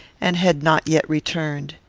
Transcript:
and had not yet returned.